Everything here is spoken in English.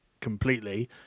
completely